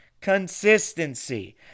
Consistency